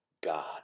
God